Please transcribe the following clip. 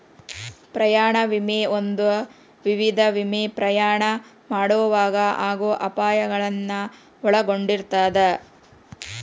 ಪ್ರಯಾಣ ವಿಮೆ ಒಂದ ವಿಧದ ವಿಮೆ ಪ್ರಯಾಣ ಮಾಡೊವಾಗ ಆಗೋ ಅಪಾಯಗಳನ್ನ ಒಳಗೊಂಡಿರ್ತದ